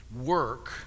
work